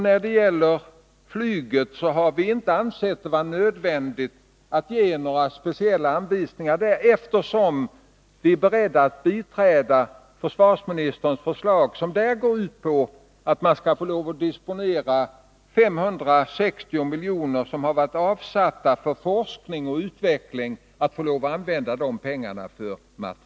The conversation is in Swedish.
När det gäller flyget har vi inte ansett det vara nödvändigt att ge några speciella anvisningar, eftersom vi är beredda att biträda försvarsministerns förslag att flyget skall få lov att till materielbeställningar disponera 560 milj.kr. som har varit avsatta för forskning och utveckling.